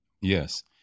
Yes